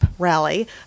rally